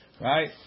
Right